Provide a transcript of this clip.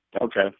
Okay